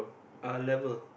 uh level